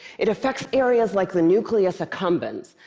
it affects areas like the nucleus accumbens,